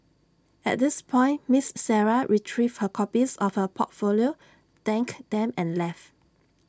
at this point miss Sarah retrieved her copies of her portfolio thanked them and left